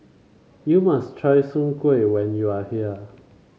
you must try Soon Kueh when you are here